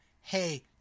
hey